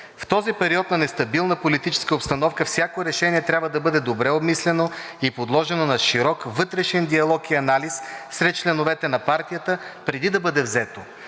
В този период на нестабилна политическа обстановка всяко решение трябва да бъде добре обмислено и подложено на широк вътрешен диалог и анализ сред членовете на партията, преди да бъде взето.